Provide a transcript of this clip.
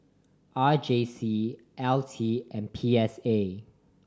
R J C L T and P S A